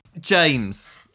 james